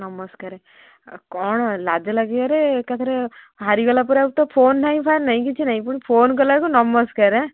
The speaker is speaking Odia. ନମସ୍କାରେ କ'ଣ ଲାଜ ଲାଗିବାରେ ଏକାଥରେ ହାରିଗଲା ପରେ ତ ଫୋନ ନାହିଁ ଫାନ୍ ନାହିଁ କିଛି ନାହିଁ ପୁଣି ଫୋନ କଲାବେଳକୁ ନମସ୍କାର